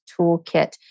Toolkit